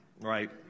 right